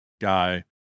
guy